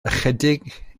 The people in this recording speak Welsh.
ychydig